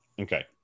Okay